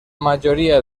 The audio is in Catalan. majoria